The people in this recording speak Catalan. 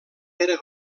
era